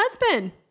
husband